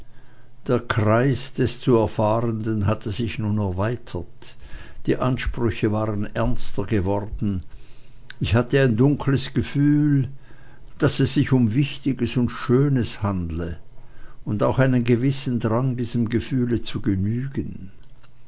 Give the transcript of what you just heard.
der kreis des zu erfahrenden hatte sich nun erweitert die ansprüche waren ernster geworden ich hatte ein dunkles gefühl daß es sich um wichtiges und schönes handle und auch einen gewissen drang diesem gefühle zu genügen